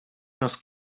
nos